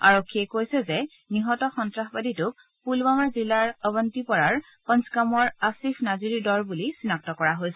আৰক্ষীয়ে কৈছে যে নিহত সন্তাসবাদীটোক পূলৱামা জিলাৰ অৱন্তিপ'ৰাৰ পঞ্চগামৰ আছিফ নাজিৰ দৰ বুলি চিনাক্ত কৰা হৈছে